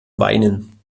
weinen